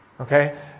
Okay